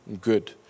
good